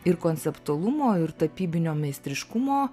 ir konceptualumo ir tapybinio meistriškumo